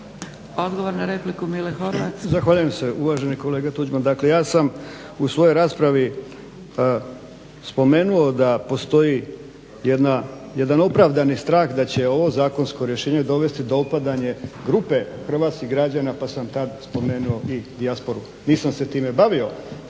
**Horvat, Mile (SDSS)** Zahvaljujem se. Uvaženi kolega Tuđman, dakle ja sam u svojoj raspravi spomenuo da postoji jedan opravdani strah da će ovo zakonsko rješenje dovesti do opadanja grupe hrvatskih građana pa sam tad spomenuo i dijasporu. Nisam se time bavio